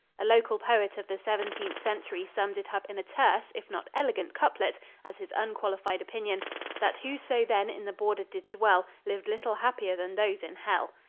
a local poet of the seventeenth century summed it up in a terse if not elegant couplet as his unqualified opinion that whoso then in the border did dwell lived little happier than those in hell.